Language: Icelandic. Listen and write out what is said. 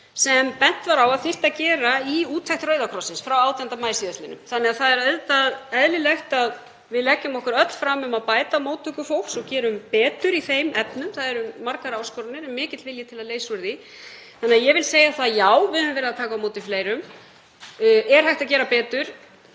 sem bent var á að þyrfti að gera í úttekt Rauða krossins frá 18. maí síðastliðnum. Það er auðvitað eðlilegt að við leggjum okkur öll fram um að bæta móttöku fólks og gerum betur í þeim efnum. Það eru margar áskoranir en mikill vilji til að leysa úr því. Þannig að ég vil segja já, við höfum verið að taka á móti fleirum. Er hægt að gera betur?